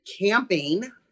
camping